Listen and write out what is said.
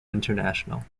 international